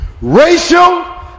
racial